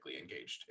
engaged